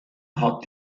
hat